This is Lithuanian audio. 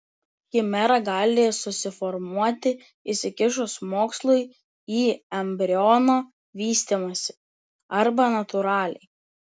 chimera gali susiformuoti įsikišus mokslui į embriono vystymąsi arba natūraliai